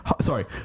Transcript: Sorry